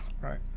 Right